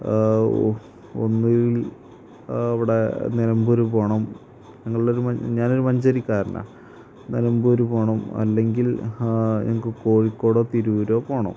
ഒന്നുകിൽ അവിടെ നിലമ്പൂർ പോകണം ഞങ്ങളൊ ഞാനൊരു മഞ്ചേരിക്കാരനാ നിലമ്പൂർ പോകണം അല്ലെങ്കിൽ ഞങ്ങൾക്ക് കോഴിക്കോടോ തിരൂരോ പോകണം